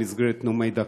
במסגרת נאומי דקה.